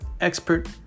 Expert